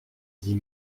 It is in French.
dix